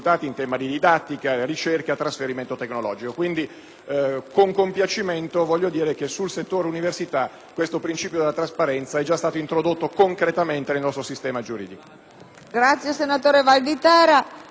Con compiacimento mi sento di dire che nel settore dell'università il principio della trasparenza è già stato introdotto concretamente nel nostro sistema giuridico.